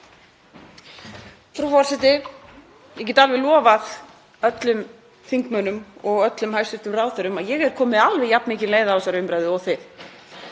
Frú forseti. Ég get alveg lofað öllum þingmönnum og öllum hæstv. ráðherrum að ég er komin með alveg jafn mikinn leiða á þessari umræðu og þið.